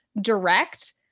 direct